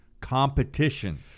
competition